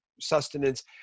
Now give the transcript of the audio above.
sustenance